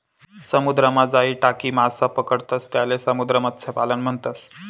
समुद्रमा जाई टाकी मासा पकडतंस त्याले समुद्र मत्स्यपालन म्हणतस